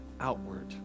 outward